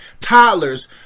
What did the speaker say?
Toddlers